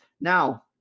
Now